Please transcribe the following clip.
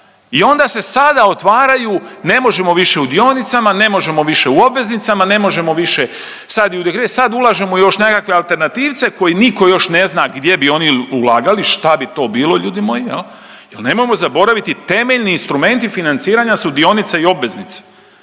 I onda se sada otvaraju ne možemo više u dionicama, ne možemo više u obveznicama, ne možemo više sad u … sad ulažemo i još nekakve alternativce koje niko još ne zna gdje bi oni ulagali šta bi to bilo ljudi moji, jel nemojmo zaboraviti temeljni instrumenti financiranja su dionice i obveznice,